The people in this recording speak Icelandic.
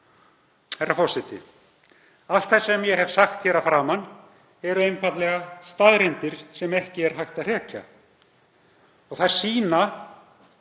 Herra forseti. Allt það sem ég hef sagt hér að framan eru einfaldlega staðreyndir sem ekki er hægt að hrekja. Þær sýna